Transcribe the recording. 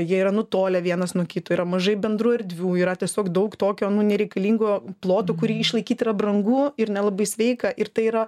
jie yra nutolę vienas nuo kito yra mažai bendrų erdvių yra tiesiog daug tokio nu nereikalingo ploto kurį išlaikyt yra brangu ir nelabai sveika ir tai yra